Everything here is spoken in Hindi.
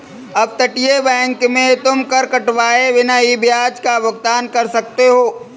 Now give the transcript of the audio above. अपतटीय बैंक में तुम कर कटवाए बिना ही ब्याज का भुगतान कर सकते हो